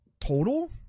total